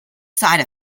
side